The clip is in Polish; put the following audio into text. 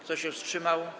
Kto się wstrzymał?